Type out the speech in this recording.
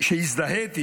שהזדהיתי